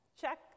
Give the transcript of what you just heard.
Check